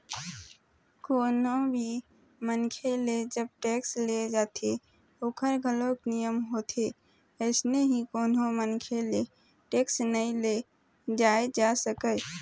कोनो भी मनखे ले जब टेक्स ले जाथे ओखर घलोक नियम होथे अइसने ही कोनो मनखे ले टेक्स नइ ले जाय जा सकय